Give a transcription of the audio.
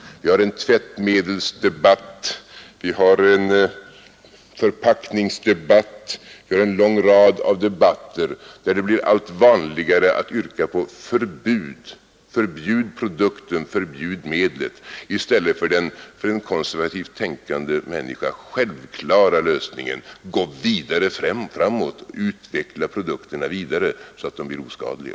Det pågår en tvättmedelsdebatt, det pågår en förpackningsdebatt — det förs en lång rad debatter där det blir allt vanligare att yrka på förbud mot produkten eller medlet i stället för den för en konservativt tänkande människa självklara lösningen att gå vidare framåt, att utveckla produkterna vidare så att de blir oskadliga.